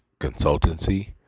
consultancy